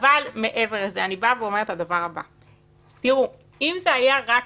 מזדהה איתו ולא